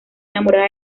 enamorada